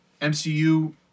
MCU